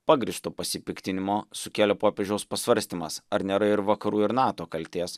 pagrįsto pasipiktinimo sukėlė popiežiaus pasvarstymas ar nėra ir vakarų ir nato kaltės